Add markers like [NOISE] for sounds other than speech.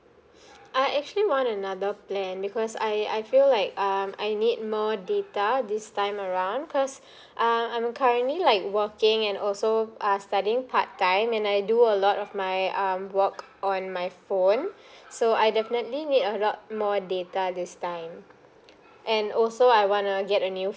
[BREATH] I actually want another plan because I I feel like um I need more data this time around cause [BREATH] um I'm currently like working and also are studying part time and I do a lot of my um work on my phone [BREATH] so I definitely need a lot more data this time and also I wanna get a new